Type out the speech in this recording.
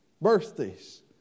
birthdays